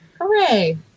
Hooray